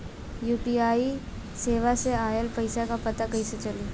UPI सेवा से ऑयल पैसा क पता कइसे चली?